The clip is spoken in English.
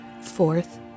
Fourth